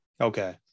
Okay